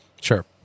Sure